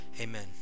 amen